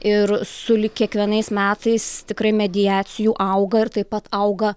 ir sulig kiekvienais metais tikrai mediacijų auga ir taip pat auga